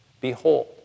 Behold